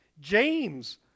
James